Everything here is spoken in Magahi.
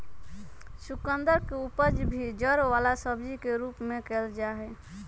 चुकंदर के उपज भी जड़ वाला सब्जी के रूप में कइल जाहई